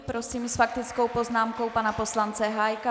Prosím s faktickou poznámkou pana poslance Hájka.